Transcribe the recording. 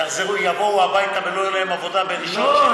יבואו הביתה ולא תהיה להם עבודה בראשון-שני-שלישי,